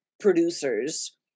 producers